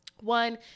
One